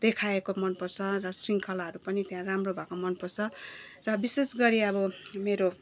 देखाएको मनपर्छ छ शृङ्खलाहरू पनि त्यहाँ राम्रो भएको मनपर्छ र विशेष गरी अब मेरो